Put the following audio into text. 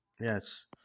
yes